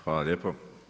Hvala lijepo.